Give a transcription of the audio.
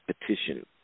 petition